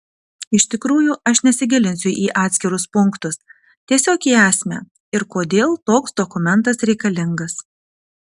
iš tikrųjų aš nesigilinsiu į atskirus punktus tiesiog į esmę ir kodėl toks dokumentas reikalingas